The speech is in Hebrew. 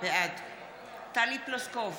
בעד טלי פלוסקוב,